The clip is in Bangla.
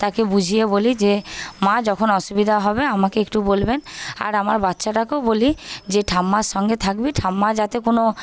তাকে বুঝিয়ে বলি যে মা যখন অসুবিধা হবে আমাকে একটু বলবেন আর আমার বাচ্চাটাকেও বলি যে ঠাম্মার সঙ্গে থাকবি ঠাম্মার যাতে কোনো